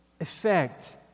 effect